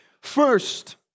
First